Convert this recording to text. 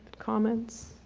comments?